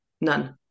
None